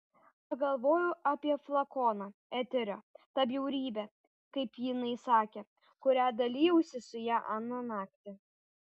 pagalvojau apie flakoną eterio tą bjaurybę kaip jinai sakė kuria dalijausi su ja aną naktį